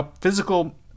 physical